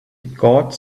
gods